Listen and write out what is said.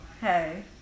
hey